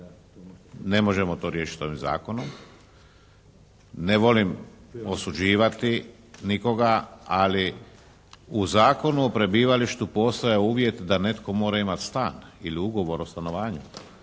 Ne možemo riješiti to ovim zakonom. Ne volim osuđivati nikoga, ali u Zakonu o prebivalištu postojao je uvjet da netko mora imati stan ili ugovor o stanovanju,